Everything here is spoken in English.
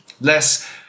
Less